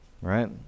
Right